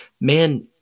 man